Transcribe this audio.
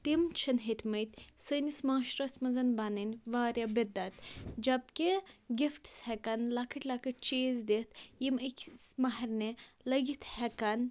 تِم چھِن ہیٚتۍمٕتۍ سٲنِس معاشِرَس منٛز بَنٕنۍ واریاہ بِدعت جب کہِ گِفٹٕس ہٮ۪کَن لۄکٕٹۍ لۄکٕٹۍ چیٖز دِتھ یِم أکِس مَہَرنہِ لٔگِتھ ہٮ۪کَن